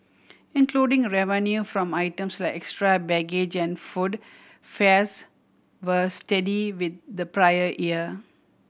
including revenue from items like extra baggage and food fares were steady with the prior year